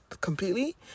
completely